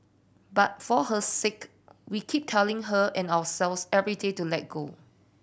but for her sake we keep telling her and ourselves every day to let go